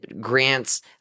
grants